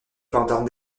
pendant